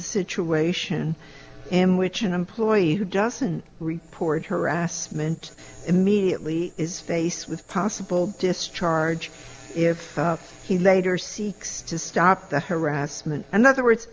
situation and which an employee who doesn't report harassment immediately is faced with possible discharge if he later seeks to stop the harassment and other words